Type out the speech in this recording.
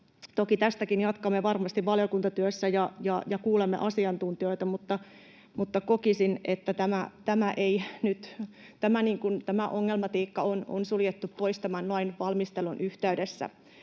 toki tästäkin jatkamme varmasti valiokuntatyössä ja kuulemme asiantuntijoita — kokisin, että tämä ongelmatiikka on suljettu pois tämän lain valmistelun yhteydessä.